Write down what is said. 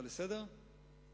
ההצעה לסדר-היום?